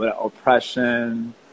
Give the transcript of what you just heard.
oppression